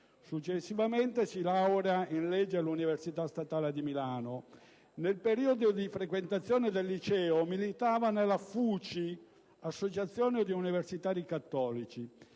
Successivamente, si laurea in legge all'Università statale di Milano. Nel periodo di frequentazione del liceo ha militato nella FUCI, l'associazione degli universitari cattolici,